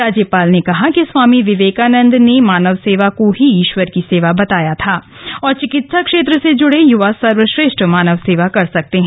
राज्यपाल ने कहा कि स्वामी विवेकानंद ने मानव सेवा को ही ईश्वर की सेवा बताया था और चिकित्सा क्षेत्र से जूड़े युवा सर्वश्रेष्ठ मानव सेवा कर सकते हैं